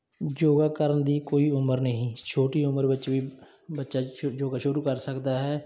ਯੋਗਾ ਕਰਨ ਦੀ ਕੋਈ ਉਮਰ ਨਹੀਂ ਛੋਟੀ ਉਮਰ ਵਿੱਚ ਵੀ ਬੱਚਾ ਸ਼ ਯੋਗਾ ਸ਼ੁਰੂ ਕਰ ਸਕਦਾ ਹੈ